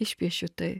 išpiešiu tai